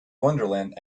wonderland